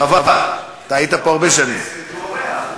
חברי הכנסת רוצים ועדה.